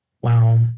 Wow